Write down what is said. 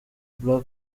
black